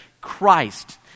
Christ